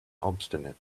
obstinate